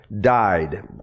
died